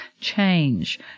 change